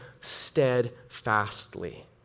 steadfastly